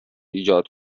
ایجاد